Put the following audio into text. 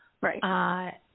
right